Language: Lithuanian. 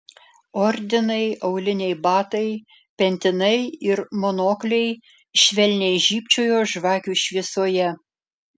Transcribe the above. ordinai auliniai batai pentinai ir monokliai švelniai žybčiojo žvakių šviesoje